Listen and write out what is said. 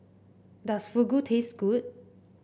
does Fugu taste good